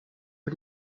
für